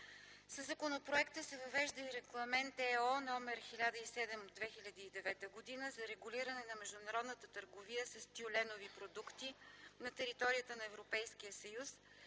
Със законопроекта се въвежда и Регламент (ЕО) № 1007/2009 за регулиране на международната търговия с тюленови продукти на територията на Европейския съюз,